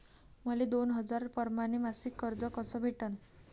मले दोन हजार परमाने मासिक कर्ज कस भेटन?